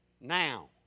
Now